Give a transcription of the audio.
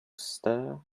stir